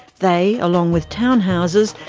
they, along with townhouses,